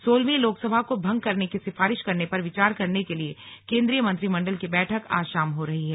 सोलहवीं लोकसभा को भंग करने की सिफारिश करने पर विचार करने के लिए केन्द्रीय मंत्रिमंडल की बैठक आज शाम हो रही है